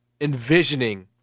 envisioning